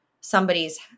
somebody's